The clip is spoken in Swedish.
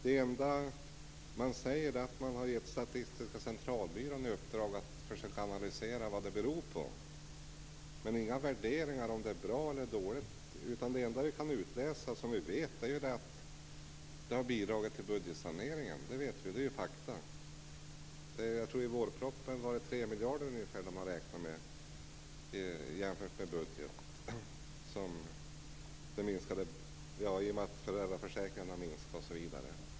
Det enda man säger är att man har gett Statistiska Centralbyrån i uppdrag att försöka analysera vad det beror på. Men man gör inga värderingar av om det är bra eller dåligt. Det enda som vi kan utläsa och vet är att det har bidragit till budgetsaneringen. Det är ju faktum. I vårpropositionen räknar man med att det har bidragit med ungefär 3 miljarder i och med att kostnaderna för föräldraförsäkringen har minskat osv.